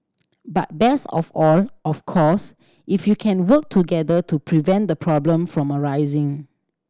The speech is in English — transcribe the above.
but best of all of course if you can work together to prevent the problem from arising